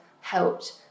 helped